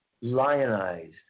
lionized